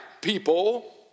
people